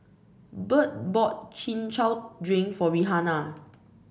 Burt bought Chin Chow Drink for Rihanna